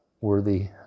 worthy